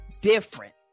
different